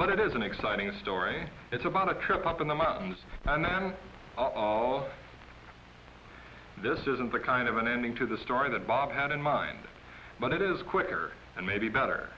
but it is an exciting story it's about a trip up in the mountains and then all this isn't the kind of an ending to the story that bob had in mind but it is quicker and maybe better